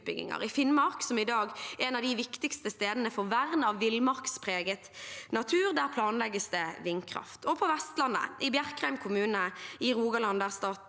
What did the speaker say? i Finnmark, som i dag er en av de viktigste stedene for vern av villmarkspreget natur. Der planlegges det vindkraft. Også på Vestlandet, i Bjerkreim kommune i Rogaland, der statsråden